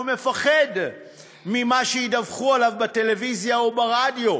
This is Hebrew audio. מפחד ממה שידווחו עליו בטלוויזיה או ברדיו.